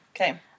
Okay